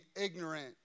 ignorant